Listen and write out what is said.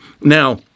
Now